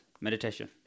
meditation